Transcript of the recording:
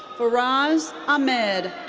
faraz ahmed.